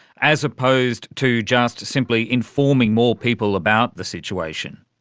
as opposed to just simply informing more people about the situation?